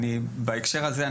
בהקשר הזה,